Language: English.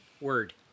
word